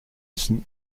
saint